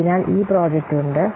അതിനാൽ ഈ പ്രോജക്റ്റ് ഉണ്ട്